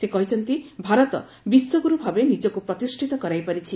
ସେ କହିଛନ୍ତି ଭାରତ ବିଶ୍ୱଗୁରୁ ଭାବେ ନିଜକୁ ପ୍ରତିଷ୍ଠିତ କରାଇପାରିଛି